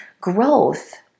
growth